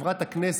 חברת הכנסת,